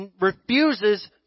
refuses